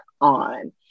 on